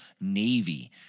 navy